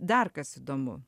dar kas įdomu